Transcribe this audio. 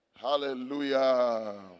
Hallelujah